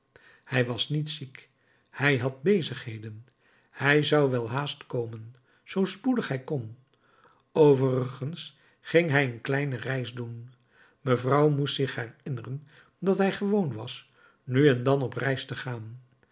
hij was niet ziek hij had bezigheden hij zou welhaast komen zoo spoedig hij kon overigens ging hij een kleine reis doen mevrouw moest zich herinneren dat hij gewoon was nu en dan op reis te gaan